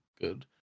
good